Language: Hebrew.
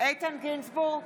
איתן גינזבורג,